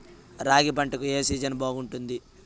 రాగి పంటకు, ఏ సీజన్ బాగుంటుంది?